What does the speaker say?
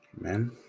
Amen